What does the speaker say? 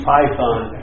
Python